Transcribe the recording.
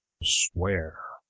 swear.